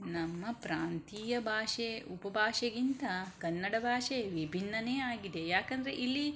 ನಮ್ಮ ಪ್ರಾಂತೀಯ ಭಾಷೆ ಉಪ ಭಾಷೆಗಿಂತಾ ಕನ್ನಡ ಭಾಷೆ ವಿಭಿನ್ನವೇ ಆಗಿದೆ ಯಾಕಂದರೆ ಇಲ್ಲಿ